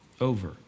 over